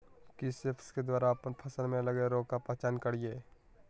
किस ऐप्स के द्वारा अप्पन फसल में लगे रोग का पहचान करिय?